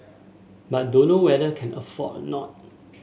but dunno whether can afford or not